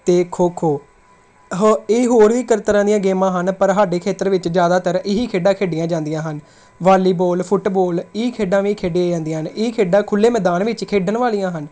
ਅਤੇ ਖੋ ਖੋ ਹੈ ਇਹ ਹੋਰ ਵੀ ਕਈ ਤਰ੍ਹਾਂ ਦੀਆਂ ਗੇਮਾਂ ਹਨ ਪਰ ਸਾਡੇ ਖੇਤਰ ਵਿੱਚ ਜ਼ਿਆਦਾਤਰ ਇਹੀ ਖੇਡਾਂ ਖੇਡੀਆਂ ਜਾਂਦੀਆਂ ਹਨ ਵਾਲੀਬੋਲ ਫੁੱਟਬੋਲ ਇਹ ਖੇਡਾਂ ਵੀ ਖੇਡੀਆਂ ਜਾਂਦੀਆਂ ਹਨ ਇਹ ਖੇਡਾਂ ਖੁੱਲ੍ਹੇ ਮੈਦਾਨ ਵਿੱਚ ਖੇਡਣ ਵਾਲੀਆਂ ਹਨ